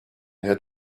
had